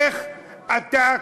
איך אתה,